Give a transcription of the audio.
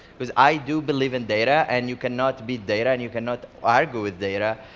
because i do believe in data. and you cannot beat data, and you cannot argue with data.